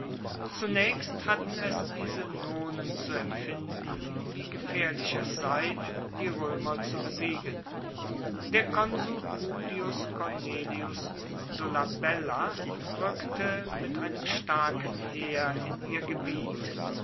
zunaechst hatten es die senonen zu empfinden wie gefaehrlich es sei die roemer zu besiegen der konsul publius cornelius dolabella rueckte mit einem starken heer in ihr gebiet